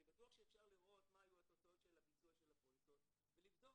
אני בטוח שאפשר לראות מה יהיו התוצאות של הביצוע של הפוליסות ולבדוק.